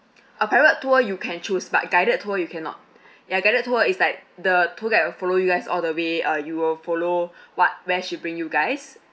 a private tour you can choose but a guided tour you cannot ya guided tour is like the tour guide will follow you guys all the way uh you will follow what where she bring you guys